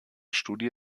studie